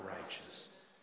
righteous